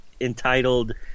entitled